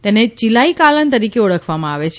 તેને ચિલાઇ કાલન તરીકે ઓળખવામાં આવે છે